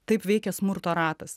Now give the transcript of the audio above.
taip veikia smurto ratas